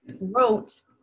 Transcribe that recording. wrote